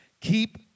Keep